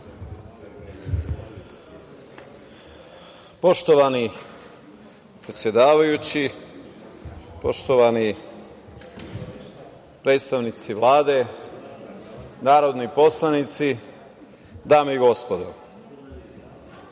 Poštovani predsedavajući, poštovani predstavnici Vlade, narodni poslanici, dame i gospodo,